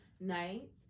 night